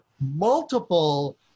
multiple